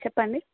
చెప్పండి